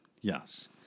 Yes